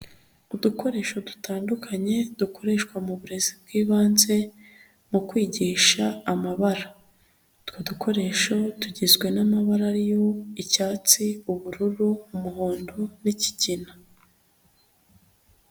Udukoresho dutandukanye dukoreshwa mu burezi bw'ibanze, mu kwigisha amabara. Utwo dukoresho tugizwe n'amabara y'icyatsi, ubururu, umuhondo n'ikigina.